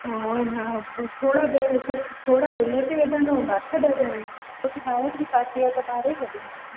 हा ऐं हेन थोरा थोरा रिलेटिव हूंदा अठ ॾह ॼणा आहियूं छो त ॿारनि जी पार्टी आहे त ॿार ई वधीक हूंदा